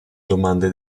domande